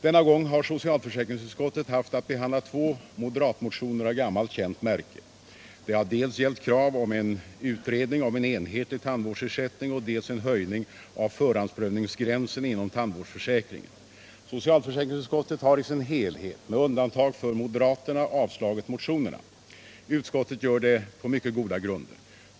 Denna gång har socialförsäkringsutskottet haft att behandla två moderatmotioner av gammalt känt märke. Det har gällt krav om dels en utredning om en enhetlig tandvårdsersättning, dels en höjning av förhandsprövningsgränsen inom tandvårdsförsäkringen. Socialförsäkringsutskottet har i sin helhet med undantag för moderaterna avstyrkt motionerna. Utskottet gör det på mycket goda grunder.